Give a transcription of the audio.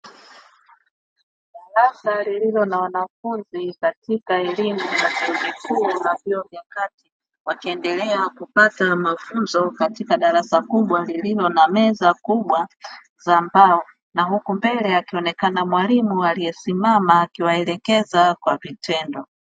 Darasa lililo na wanafunzi, katika elimu ya chuo kikukuu na vyuo vya kati, wakiendelea kupata mafunzo, katika darasa kubwa lililo na meza kubwa za mbao, ambapo mbele akionekana mwalimu aliye simama akiwaelekeza kwa vitendo.